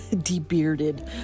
de-bearded